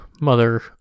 mother